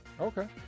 okay